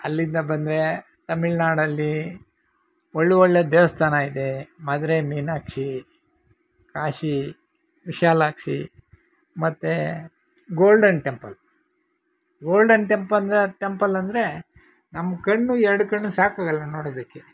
ಅಲ್ಲಿಂದ ಬಂದರೆ ತಮಿಳ್ನಾಡಲ್ಲಿ ಒಳ್ಳೆ ಒಳ್ಳೆಯ ದೇವಸ್ಥಾನ ಇದೆ ಮಧ್ರೈ ಮೀನಾಕ್ಷಿ ಕಾಶಿ ವಿಶಾಲಾಕ್ಷಿ ಮತ್ತು ಗೋಲ್ಡನ್ ಟೆಂಪಲ್ ಗೋಲ್ಡನ್ ಟೆಂಪ್ ಅಂದರೆ ಟೆಂಪಲ್ ಅಂದರೆ ನಮ್ಮ ಕಣ್ಣು ಎರಡು ಕಣ್ಣು ಸಾಕಾಗೋಲ್ಲ ನೋಡೋದಕ್ಕೆ